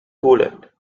coolant